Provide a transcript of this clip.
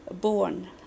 born